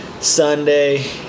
Sunday